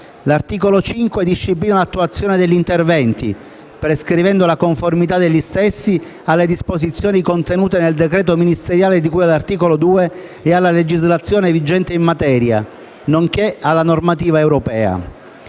L'articolo 5 disciplina l'attuazione degli interventi, prescrivendo la conformità degli stessi alle disposizioni contenute nel decreto ministeriale di cui all'articolo 2 e alla legislazione vigente in materia, nonché alla normativa europea.